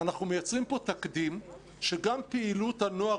אנחנו מייצרים פה תקדים שגם פעילות הנוער